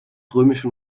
römischen